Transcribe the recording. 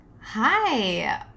Hi